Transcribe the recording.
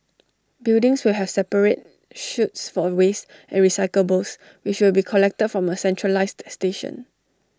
buildings will have separate chutes for waste and recyclables which will be collected from A centralised station